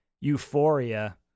euphoria